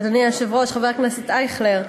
אדוני היושב-ראש, חבר הכנסת אייכלר,